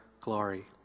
glory